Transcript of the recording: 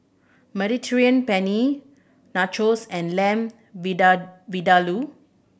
Mediterranean Penne Nachos and Lamb Vindaloo